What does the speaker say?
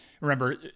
remember